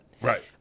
Right